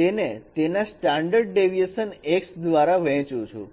તેને તેના standard deviation x દ્વારા વહેંચું છું